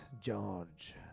George